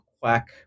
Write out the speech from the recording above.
quack